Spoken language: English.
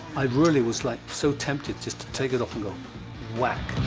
i really was, like, so tempted just to take it off and go whack.